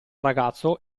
ragazzo